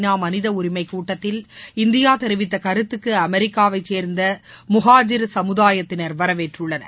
நா மனித உரிமை கூட்டத்தில் இந்தியா தெரிவித்த கருத்துக்கு அமெரிக்காவை சேர்ந்த முகாஜிர் சமுதாயத்தினர் வரவேற்றுள்ளனர்